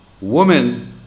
woman